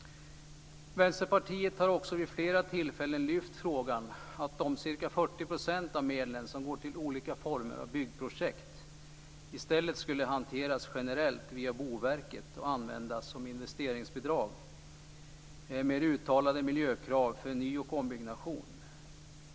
Vänsterpartiet har också vid flera tillfällen lyft frågan att de ca 40 % av medlen som går till olika former av byggprojekt i stället skulle hanteras generellt via Boverket och användas som investeringsbidrag med uttalade miljökrav för ny och ombyggnation.